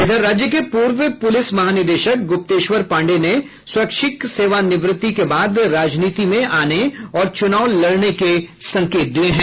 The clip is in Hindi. इधर राज्य के पूर्व पुलिस महानिदेशक गुप्तेश्वर पांडेय ने स्वैच्छिक सेवानिवृत्ति के बाद राजनीति में आने और चुनाव लड़ने के संकेत दिये हैं